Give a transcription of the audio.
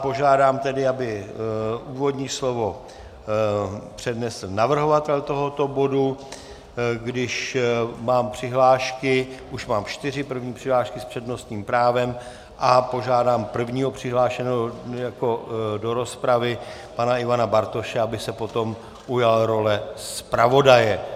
Požádám tedy, aby úvodní slovo přednesl navrhovatel tohoto bodu, když mám přihlášky už mám čtyři první přihlášky s přednostním právem a požádám prvního přihlášeného do rozpravy pana Ivana Bartoše, aby se potom ujal role zpravodaje.